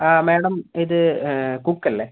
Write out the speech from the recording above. ആ മാഡം ഇത് കുക്ക് അല്ലേ